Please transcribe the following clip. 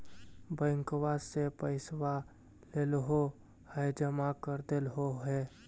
बैंकवा से पैसवा लेलहो है जमा कर देलहो हे?